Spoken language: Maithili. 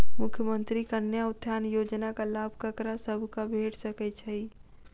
मुख्यमंत्री कन्या उत्थान योजना कऽ लाभ ककरा सभक भेट सकय छई?